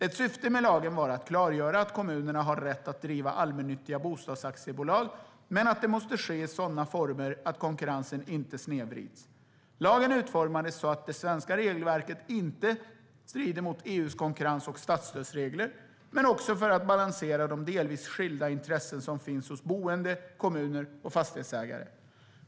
Ett syfte med lagen var att klargöra att kommunerna har rätt att driva allmännyttiga bostadsaktiebolag men att det måste ske i sådana former att konkurrensen inte snedvrids. Lagen utformades så att det svenska regelverket inte strider mot EU:s konkurrens och statsstödsregler men också för att balansera de delvis skilda intressen som finns hos boende, kommuner och fastighetsägare.